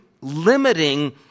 limiting